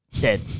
dead